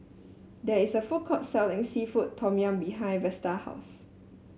there is a food court selling seafood Tom Yum behind Vesta's house